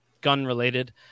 gun-related